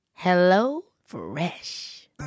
HelloFresh